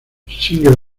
single